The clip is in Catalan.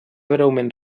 breument